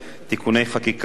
התשע"א 2010,